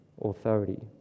authority